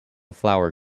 flower